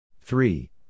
Three